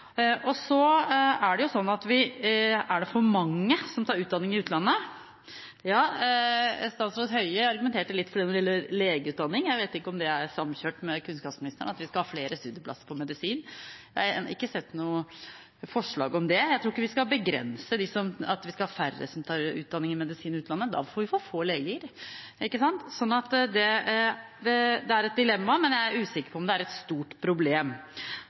og da er det det vi må få fram. Er det for mange som tar utdanning i utlandet? Ja, statsråd Høie argumenterte litt for det når det gjelder legeutdanning. Jeg vet ikke om det er samkjørt med kunnskapsministeren at vi skal ha flere studieplasser på medisin. Jeg har ikke sett noe forslag om det. Jeg tror ikke vi skal begrense og ha færre som tar utdanning i medisin i utlandet, for da får vi for få leger. Det er et dilemma, men jeg er usikker på om det er et stort problem.